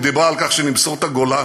היא דיברה על כך שנמסור את הגולן.